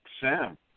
Sam